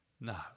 No